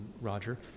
Roger